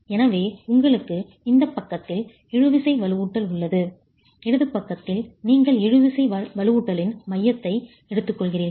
எனவே உங்களுக்கு இந்தப் பக்கத்தில் இழுவிசை வலுவூட்டல் உள்ளது இடது பக்கத்தில் நீங்கள் இழுவிசை வலுவூட்டலின் மையத்தை எடுத்துக்கொள்கிறீர்கள்